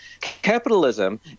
Capitalism